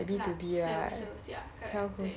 like sales sales ya correct 对